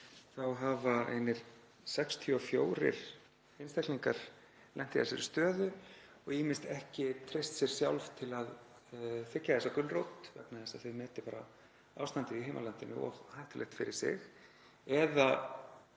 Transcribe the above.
hafa einir 64 einstaklingar lent í þessari stöðu og ýmist ekki treyst sér sjálf til að þiggja þessa gulrót vegna þess að þau meti ástandið í heimalandinu of hættulegt fyrir sig